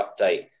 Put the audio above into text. update